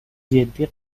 جدی